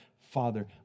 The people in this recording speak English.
Father